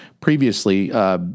previously